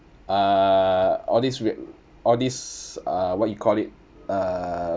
uh all these w~ all these uh what you call it uh